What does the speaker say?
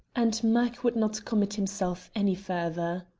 and mac would not commit himself any further.